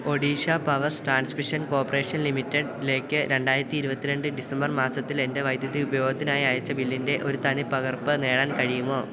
Odisha powers transmission corporation ലിമിറ്റഡ്ലേയ്ക്ക് രണ്ടായിരത്തി ഇരുപത്തിരണ്ട് ഡിസംബർ മാസത്തിലെൻ്റെ വൈദ്യുതി ഉപയോഗത്തിനായി അയച്ച ബില്ലിൻ്റെ ഒരു തനിപ്പകർപ്പ് നേടാൻ കഴിയുമോ